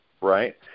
right